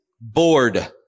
bored